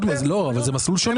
לא, אבל זה מסלול שונה.